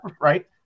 right